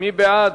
מי בעד?